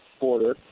border